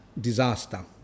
disaster